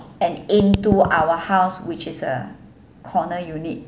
and into our house which is a corner unit